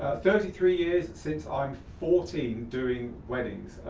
thirty three years since i'm fourteen, doing weddings.